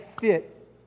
fit